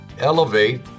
elevate